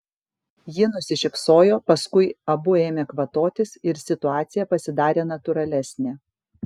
ji nusišypsojo paskui abu ėmė kvatotis ir situacija pasidarė natūralesnė